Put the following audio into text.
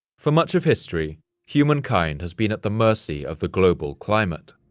for much of history humankind has been at the mercy of the global climate.